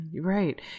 Right